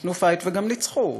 נתנו "פייט" וגם ניצחו,